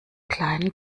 kleinen